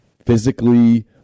physically